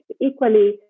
Equally